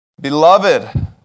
Beloved